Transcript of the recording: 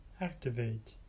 Activate